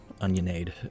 onionade